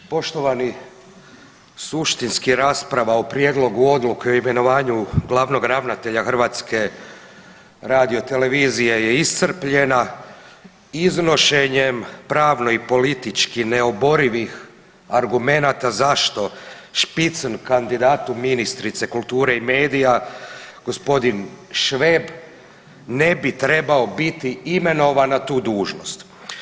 Poštovani, suštinskih rasprava o Prijedlogu Odluke o imenovanju glavnog ravnatelja HRT-a je iscrpljena iznošenjem pravno i politički neoborivih argumenata zašto spitzen kandidatu ministrice kulture i medija gospodin Šveb ne bi trebao biti imenovan na tu dužnost.